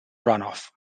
runoff